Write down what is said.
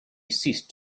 ceased